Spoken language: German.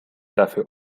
dafür